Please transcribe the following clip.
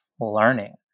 learning